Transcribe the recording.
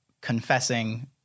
confessing